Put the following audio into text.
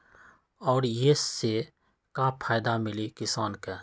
और ये से का फायदा मिली किसान के?